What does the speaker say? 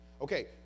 Okay